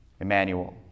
Emmanuel